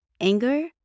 anger